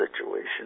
situation